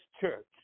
Church